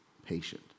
patient